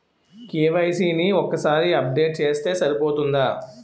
KYC ని ఒక్కసారి update చేస్తే సరిపోతుందా?